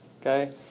Okay